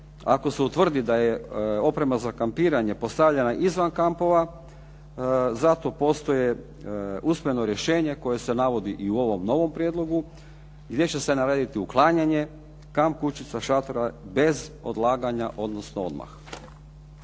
ako se utvrdi da je oprema za kampiranje postavljena izvan kampova, za to postoji usmeno rješenje koje se navodi i u ovom novom prijedlogu gdje će se narediti uklanjanje kamp kućica, šatora bez odlaganja, odnosno odmah.